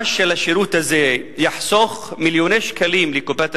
של השירות הזה תחסוך מיליוני שקלים לקופת המדינה,